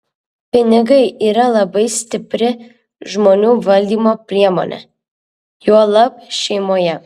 pinigai yra labai stipri žmonių valdymo priemonė juolab šeimoje